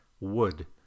wood